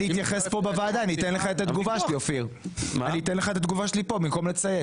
אני אתייחס כאן בוועדה ואני אתן לך את התגובה שלי כאן במקום לצייץ.